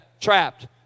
trapped